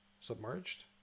submerged